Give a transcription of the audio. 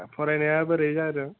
फरायनाया बोरै जादों